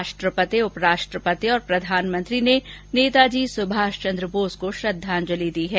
राष्ट्रपति उपराष्ट्रपति और प्रधानमंत्री ने नेताजी सुभाष चन्द्र बोस को श्रद्वाजंलि दी है